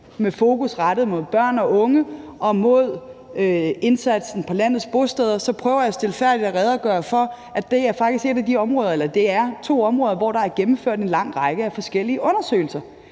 med fokus rettet mod børn og unge og mod indsatsen på landets bosteder, så prøver jeg stilfærdigt at redegøre for, at det faktisk er to områder, hvor der er gennemført en lang række af forskellige undersøgelser.